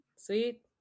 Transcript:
Sweet